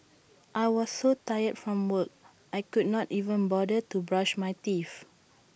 I was so tired from work I could not even bother to brush my teeth